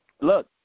Look